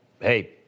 Hey